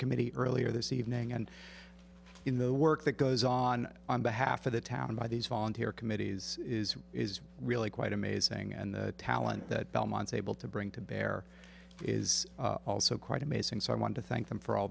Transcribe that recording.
committee earlier this evening and in the work that goes on on behalf of the town by these volunteer committees is really quite amazing and the talent that belmont's able to bring to bear is also quite amazing so i want to thank them for all